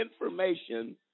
information